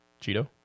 Cheeto